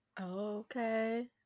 Okay